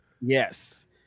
Yes